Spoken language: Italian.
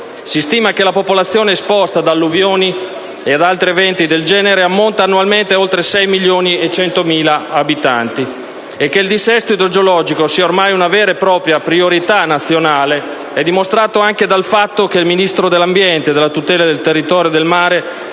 Si stima che la popolazione esposta ad alluvioni ed altri eventi del genere ammonti attualmente a oltre 6.100.000 abitanti. Che il dissesto idrogeologico sia ormai una vera e propria priorità nazionale è dimostrato anche dal fatto che il Ministro dell'ambiente e della tutela del territorio e del mare